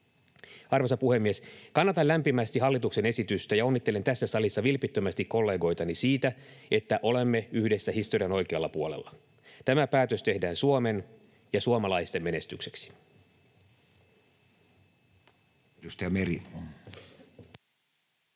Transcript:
Arvoisa puhemies! Kannatan lämpimästi hallituksen esitystä ja onnittelen tässä salissa vilpittömästi kollegoitani siitä, että olemme yhdessä historian oikealla puolella. Tämä päätös tehdään Suomen ja suomalaisten menestykseksi.